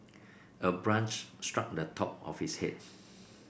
a branch struck the top of his head